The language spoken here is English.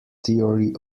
theory